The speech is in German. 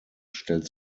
stellt